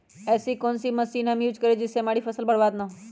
ऐसी कौन सी मशीन हम यूज करें जिससे हमारी फसल बर्बाद ना हो?